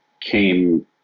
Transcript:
came